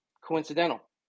coincidental